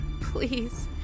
please